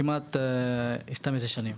כמעט 12 שנים.